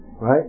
right